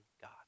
God